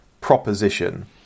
proposition